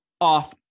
off